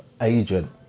agent